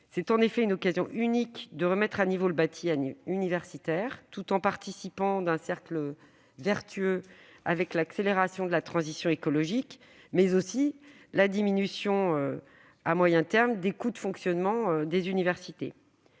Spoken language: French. C'est en effet une occasion unique de remettre à niveau le bâti universitaire, tout en participant au cercle vertueux de l'accélération de la transition écologique. Cela permettra également, à moyen terme, de réduire les coûts de fonctionnement des universités.